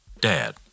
Dad